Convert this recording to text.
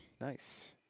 Nice